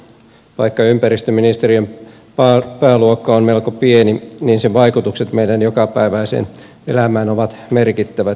vaikka ympäristöministeriön pääluokka on melko pieni niin sen vaikutukset meidän jokapäiväiseen elämään ovat merkittävät